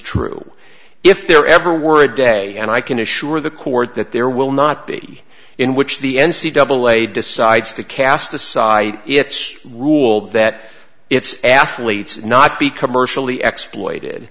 true if there ever were a day and i can assure the court that there will not be in which the n c double a decides to cast aside its rule that its athletes not be commercially exploited